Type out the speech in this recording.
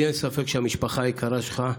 לי אין ספק שהמשפחה היקרה שלך,